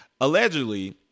Allegedly